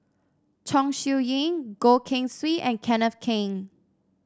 Chong Siew Ying Goh Keng Swee and Kenneth Keng